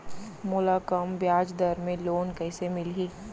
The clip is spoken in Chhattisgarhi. मोला कम ब्याजदर में लोन कइसे मिलही?